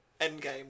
Endgame